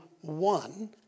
one